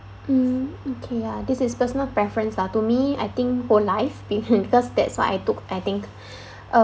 mm okay ya this is personal preference lah to me I think whole life because that's what I took I think uh